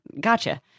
gotcha